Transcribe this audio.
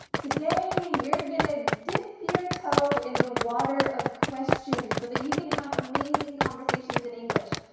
today you're gonna dip your toe in the water of questions, so that you can have amazing conversations in english.